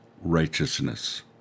righteousness